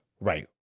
Right